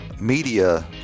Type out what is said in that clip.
media